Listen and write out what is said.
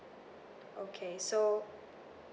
okay so